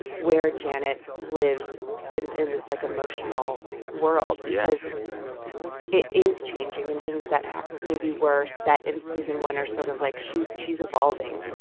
where janet lives in in this, like, emotional world yeah because it is changing, and things that maybe were set in season one are sort of, like she's she's evolving.